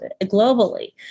globally